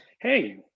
hey